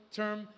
term